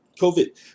COVID